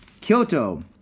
Kyoto